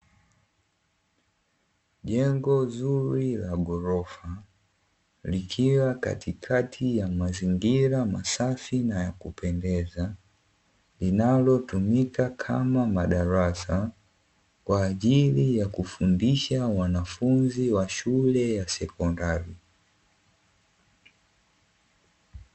Jengo nzuri la ghorofa likiwa katikati ya mazingira masafi na ya kupendeza kama madarasa, kwa ajili ya kufundisha wanafunzi wa shule sekondari.